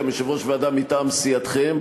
גם יושב-ראש ועדה מטעם סיעתכם.